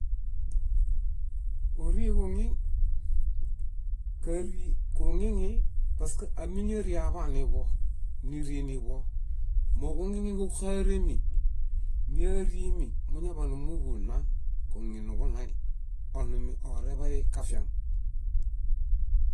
Óriġuŋiŋ, kári kuŋiŋi pask ámiñari aḃaniḃo, níri niḃo. Móġuŋiŋiġuxaremi, míarimimuñaḃanumuhu nna. Kuŋiŋiniġuɭaĩ, oɭumioreḃay kafiaŋ.